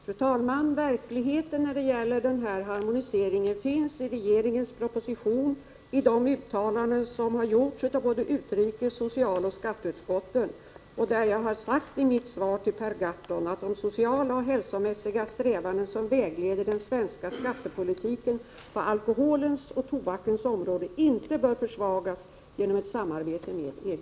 Fru talman! Verkligheten när det gäller den här harmoniseringen finns beskriven i regeringens proposition och i de uttalanden som har gjorts av både utrikes-, socialoch skatteutskotten. Jag har i mitt svar till Per Gahrton sagt ”att de sociala och hälsomässiga strävanden som vägleder den svenska skattepolitiken på alkoholens och tobakens område inte bör försvagas genom ett samarbete med EG”.